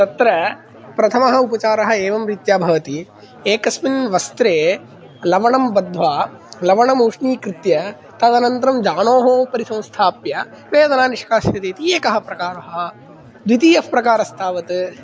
तत्र प्रथमः उपचारः एवं रीत्या भवति एकस्मिन् वस्त्रे लवणं बद्ध्वा लवणमुष्णीकृत्य तदनन्तरं जानोः उपरि संस्थाप्य वेदना निष्कास्यति इति एकः प्रकारः द्वितीयप्रकारस्तावत्